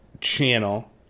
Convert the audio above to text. channel